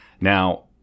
Now-